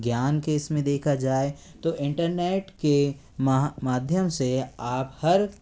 ज्ञान केस में देखा जाए तो इंटरनेट के माध्यम से आप हर